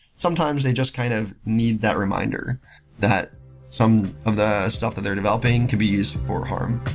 sometimes they just kind of need that reminder that some of the stuff that they're developing could be used for harm.